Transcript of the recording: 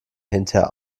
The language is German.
hinterher